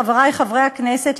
חברי חברי הכנסת,